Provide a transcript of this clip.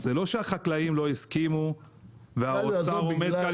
זה לא שהחקלאים לא הסכימו והאוצר עומד כאן